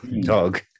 Dog